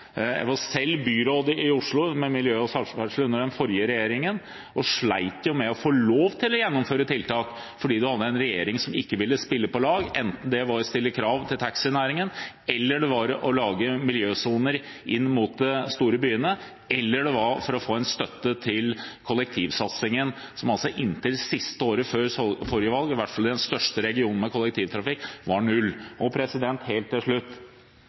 Jeg var selv byråd for miljø og samferdsel i Oslo under den forrige regjeringen og slet med å få lov til å gjennomføre tiltak fordi vi hadde en regjering som ikke ville spille på lag – enten det gjaldt å stille krav til taxinæringen, å lage miljøsoner inn mot de store byene eller å få støtte til kollektivsatsingen, som altså inntil det siste året før forrige valg, i hvert fall i den største regionen med kollektivtrafikk, var null. Helt til slutt,